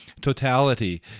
totality